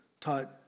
taught